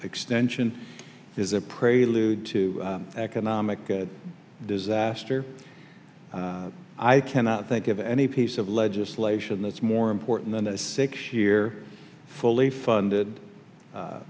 extension is a prelude to economic disaster i cannot think of any piece of legislation that's more important than a six year fully funded